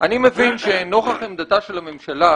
אני מבין שנוכח עמדת הממשלה,